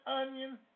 onion